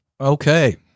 Okay